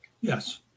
Yes